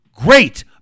great